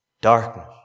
Darkness